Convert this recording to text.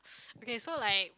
okay so like